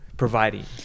providing